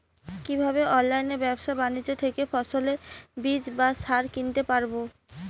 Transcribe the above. কীভাবে অনলাইন ব্যাবসা বাণিজ্য থেকে ফসলের বীজ বা সার কিনতে পারবো?